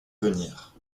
venir